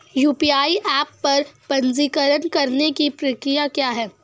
UPI app पर पंजीकरण करने की प्रक्रिया क्या है?